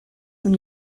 son